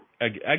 Again